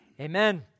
amen